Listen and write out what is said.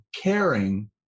caring